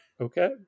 okay